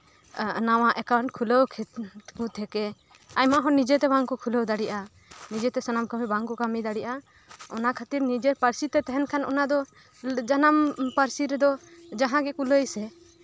ᱱᱟᱣᱟ ᱮᱠᱟᱩᱱᱴ ᱠᱷᱩᱞᱟᱹᱣ ᱛᱷᱮᱠᱮ ᱟᱭᱢᱟ ᱦᱚᱲ ᱱᱤᱡᱮᱛᱮ ᱵᱟᱝᱠᱚ ᱠᱷᱩᱞᱟᱹᱣ ᱫᱟᱲᱮᱭᱟᱜᱼᱟ ᱱᱤᱡᱮᱛᱮ ᱵᱟᱝᱠᱚ ᱠᱟᱹᱢᱤ ᱫᱟᱲᱮᱭᱟᱜᱼᱟ ᱚᱢᱱᱟ ᱠᱷᱟᱹᱛᱤᱨ ᱱᱤᱡᱮᱨ ᱯᱟᱹᱨᱥᱤ ᱛᱮ ᱛᱟᱸᱦᱮᱱ ᱠᱷᱟᱱ ᱚᱱᱟ ᱫᱚ ᱡᱟᱱᱟᱢ ᱯᱟᱹᱨᱥᱤ ᱨᱮᱫᱚ ᱡᱟᱸᱦᱟ ᱜᱮᱠᱚ ᱞᱟᱹᱭ ᱥᱮ